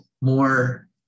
more